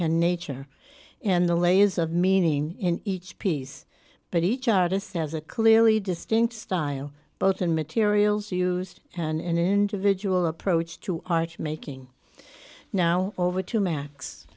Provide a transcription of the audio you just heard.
and nature and the layers of meaning in each piece but each artist has a clearly distinct style both in materials used and individual approach to arch making now over to ma